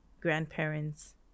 grandparents